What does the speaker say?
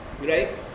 right